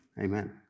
amen